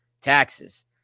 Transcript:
taxes